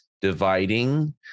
dividing